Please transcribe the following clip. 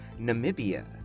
Namibia